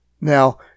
Now